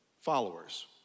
followers